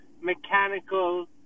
mechanical